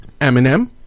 eminem